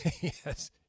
yes